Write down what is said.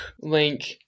link